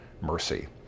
mercy